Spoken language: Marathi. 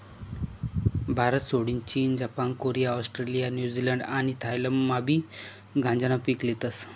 भारतसोडीन चीन, जपान, कोरिया, ऑस्ट्रेलिया, न्यूझीलंड आणि थायलंडमाबी गांजानं पीक लेतस